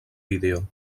vídeo